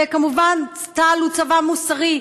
וכמובן, צה"ל הוא צבא מוסרי,